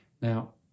Now